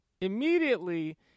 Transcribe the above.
Immediately